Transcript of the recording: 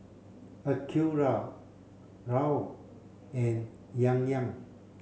Acura Raoul and Yan Yan